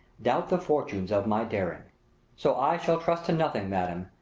doubt the fortunes of my daring so i shall trust to nothing, madam,